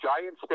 giant